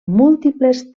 múltiples